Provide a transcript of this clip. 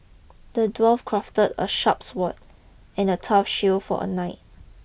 the dwarf crafted a sharp sword and a tough shield for a knight